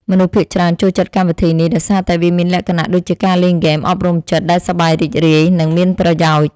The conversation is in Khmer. មនុស្សភាគច្រើនចូលចិត្តកម្មវិធីនេះដោយសារតែវាមានលក្ខណៈដូចជាការលេងហ្គេមអប់រំចិត្តដែលសប្បាយរីករាយ និង មានប្រយោជន៍។